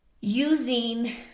using